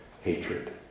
hatred